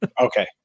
Okay